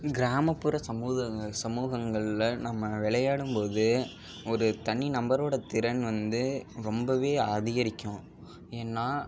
கிராமப்புற சமூகங்கள் சமூகங்களில் நம்ம விளையாடும் போது ஒரு தனி நபரோட திறன் வந்து ரொம்பவே அதிகரிக்கும் ஏன்னா